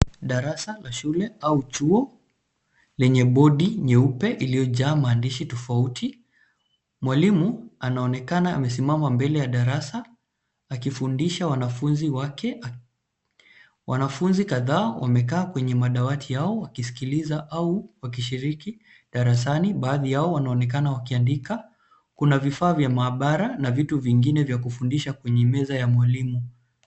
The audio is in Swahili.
Darasa la shule au chuo lenye bodi nyeupe iliyojaa maandishi tofauti. Mwalimu anaonekana amesimama mbele ya darasa akifundisha wanafunzi wake. Wanafunzi kadhaa wamekaa kwenye madawati yao wakisikiliza au wakishiriki darasani, baadhi yao wanaonekana wakiandika. Kuna vifaa vya maabara na vitu vingine vya kufundisha kwenye meza ya mwalimu.